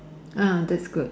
ah that's good